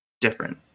different